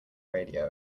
radio